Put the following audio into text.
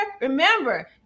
remember